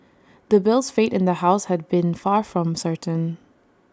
the bill's fate in the house had been far from certain